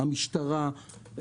המשטרה,